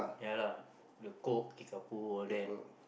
ya lah the Coke Kickapoo all that